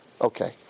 Okay